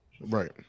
Right